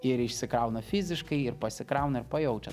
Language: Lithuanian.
ir išsikrauna fiziškai ir pasikrauna ir pajaučia